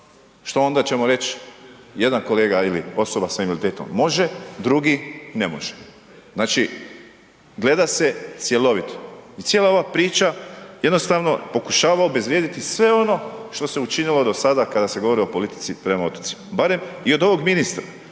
što onda ćemo reći? Jedan kolega ili osoba s invaliditetom može, drugi ne može. Znači gleda se cjelovito i cijela ova priča jednostavno pokušava obezvrijediti sve ono što se učinilo do sada kada se govori o politici prema otocima. Barem, i od ovog ministra,